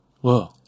Whoa